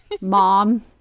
mom